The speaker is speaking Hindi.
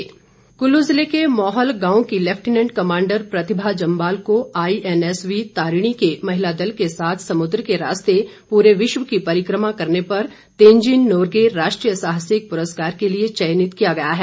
बधाई कल्लू जिले के मौहल गांव की लैफ्टिनेंट कमांडर प्रतिभा जम्वाल को आईएनएसवी तारिणी के महिला दल के साथ समुद्र के रास्ते पूरे विश्व की परिक्रमा करने पर तेंजिंग नोर्गे राष्ट्रीय साहसिक पुरस्कार के लिए चयनित किया गया है